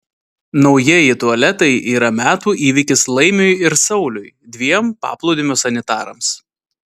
naujieji tualetai yra metų įvykis laimiui ir sauliui dviem paplūdimio sanitarams